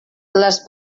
les